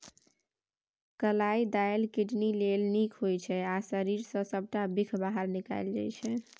कलाइ दालि किडनी लेल नीक होइ छै आ शरीर सँ सबटा बिख बाहर निकालै छै